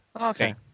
Okay